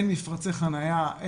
אין מפרצי חניה,